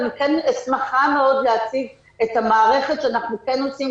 ואני כן שמחה מאוד להציג את המערכת שאנחנו כן עושים,